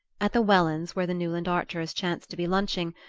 at the wellands', where the newland archers chanced to be lunching,